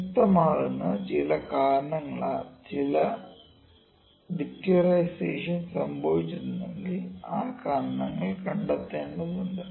നിയുക്തമാക്കാവുന്ന ചില കാരണങ്ങളാൽ ചില ഡിറ്റീരിയോറൈസേഷൻ സംഭവിച്ചിട്ടുണ്ടെങ്കിൽ ആ കാരണങ്ങൾ കണ്ടെത്തേണ്ടതുണ്ട്